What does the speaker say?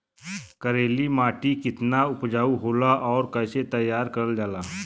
करेली माटी कितना उपजाऊ होला और कैसे तैयार करल जाला?